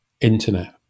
internet